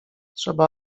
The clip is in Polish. trzeba